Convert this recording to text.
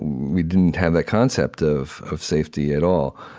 we didn't have that concept of of safety at all.